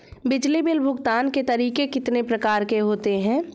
बिजली बिल भुगतान के तरीके कितनी प्रकार के होते हैं?